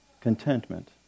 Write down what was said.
contentment